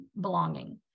belonging